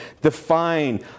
define